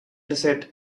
desert